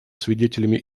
свидетелями